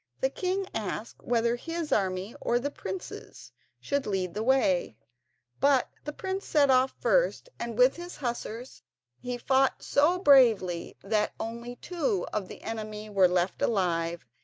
the king asked whether his army or the prince's should lead the way but the prince set off first and with his hussars he fought so bravely that only two of the enemy were left alive,